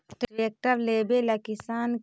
Tractor लेवेला किसान के कौन लोन लेवे पड़तई?